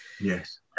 Yes